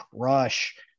crush